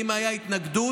ואם הייתה התנגדות,